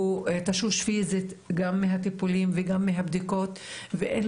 הוא תשוש פיזית גם מהטיפולים וגם מהבדיקות ואין